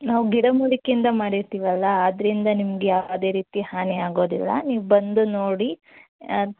ನಾವು ಗಿಡ ಮೂಲಿಕೆಯಿಂದ ಮಾಡಿರ್ತೀವಲ್ಲ ಅದರಿಂದ ನಿಮ್ಗೆ ಯಾವುದೇ ರೀತಿ ಹಾನಿಯಾಗೋದಿಲ್ಲ ನೀವು ಬಂದು ನೋಡಿ